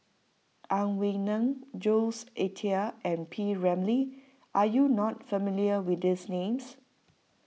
Ang Wei Neng Jules Itier and P Ramlee are you not familiar with these names